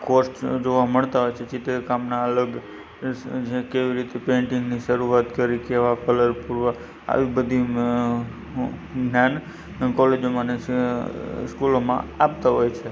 course જોવા મળતા હોય છે ચિત્રકામનાં અલગ જે કેવી રીતે પેઇન્ટિંગની શરૂઆત કરવી કેવા કલર પૂરવા આવી બધી અ જ્ઞાન કૉલેજોમાં અને અ સ્કૂલોમાં આપતાં હોય છે